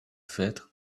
fed